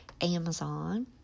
Amazon